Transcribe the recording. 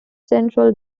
central